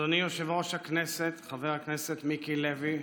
אדוני יושב-ראש הכנסת חבר הכנסת מיקי לוי,